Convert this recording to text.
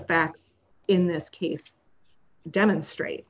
facts in this case demonstrate